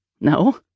no